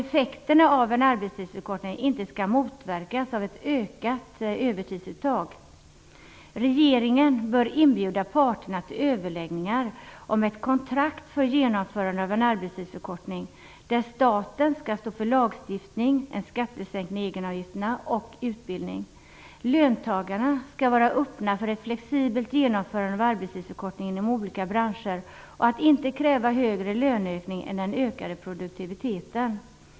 Effekterna av en arbetstidsförkortning får inte motverkas av ett ökat övertidsuttag. Regeringen bör inbjuda parterna till överläggningar om ett "kontrakt" för genomförande av en arbetstidsförkortning. Staten skall stå för lagstiftning, en skattesänkning när det gäller egenavgifterna och utbildning. Löntagarna skall vara öppna för ett flexibelt genomförande av arbetstidsförkortning inom olika branscher. De skall inte kräva högre löneökning än att det motsvarar den ökade produktiviteten.